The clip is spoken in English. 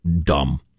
dumb